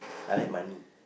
I like money